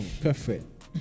Perfect